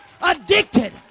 addicted